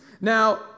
Now